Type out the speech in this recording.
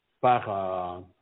par